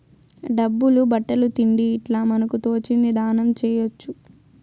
డబ్బులు బట్టలు తిండి ఇట్లా మనకు తోచింది దానం చేయొచ్చు